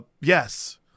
yes